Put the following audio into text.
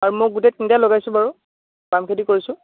আৰু মই গোটেই তিনিটাই লগাইছো বাৰু ধান খেতি কৰিছো